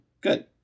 good